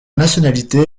nationalités